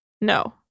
No